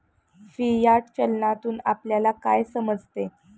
Fiat चलनातून आपल्याला काय समजते?